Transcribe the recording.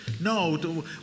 No